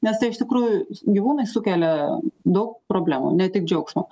nes tai iš tikrųjų gyvūnai sukelia daug problemų ne tik džiaugsmo